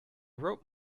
wrote